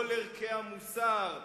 כל ערכי המוסר,